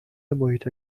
محیط